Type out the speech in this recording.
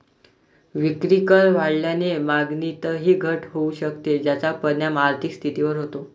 विक्रीकर वाढल्याने मागणीतही घट होऊ शकते, ज्याचा परिणाम आर्थिक स्थितीवर होतो